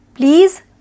Please